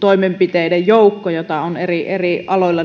toimenpiteiden joukko jota on eri eri aloilla